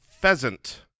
Pheasant